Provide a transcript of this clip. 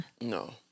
No